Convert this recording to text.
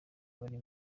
bari